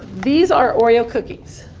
these are oreo cookies.